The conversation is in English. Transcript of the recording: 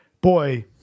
boy